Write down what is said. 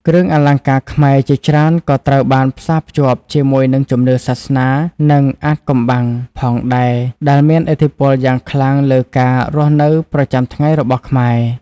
គ្រឿងអលង្ការខ្មែរជាច្រើនក៏ត្រូវបានផ្សារភ្ជាប់ជាមួយនឹង ជំនឿសាសនា និងអាថ៌កំបាំង ផងដែរ ដែលមានឥទ្ធិពលយ៉ាងខ្លាំងលើការរស់នៅប្រចាំថ្ងៃរបស់ខ្មែរ។